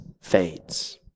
fades